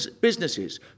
businesses